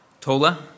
Tola